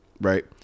Right